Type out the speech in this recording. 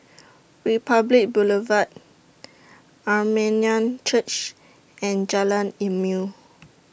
Republic Boulevard Armenian Church and Jalan Ilmu